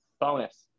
bonus